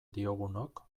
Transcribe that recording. diogunok